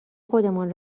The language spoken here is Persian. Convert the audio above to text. خودمان